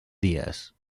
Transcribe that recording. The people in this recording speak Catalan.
dies